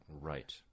Right